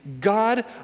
God